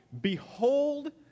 Behold